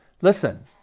Listen